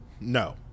No